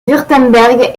wurtemberg